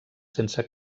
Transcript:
sense